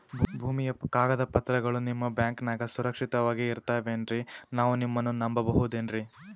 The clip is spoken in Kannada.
ಭೂಮಿಯ ಕಾಗದ ಪತ್ರಗಳು ನಿಮ್ಮ ಬ್ಯಾಂಕನಾಗ ಸುರಕ್ಷಿತವಾಗಿ ಇರತಾವೇನ್ರಿ ನಾವು ನಿಮ್ಮನ್ನ ನಮ್ ಬಬಹುದೇನ್ರಿ?